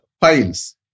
files